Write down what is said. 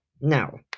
now